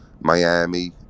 Miami